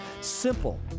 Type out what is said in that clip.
Simple